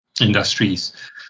industries